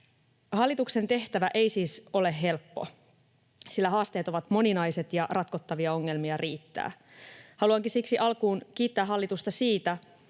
Hallituksen tehtävä ei siis ole helppo, sillä haasteet ovat moninaiset ja ratkottavia ongelmia riittää. Haluankin siksi alkuun kiittää hallitusta siitä,